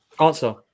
Answer